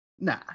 Nah